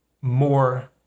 more